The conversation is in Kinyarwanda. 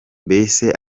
mbese